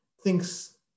thinks